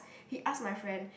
he asked my friend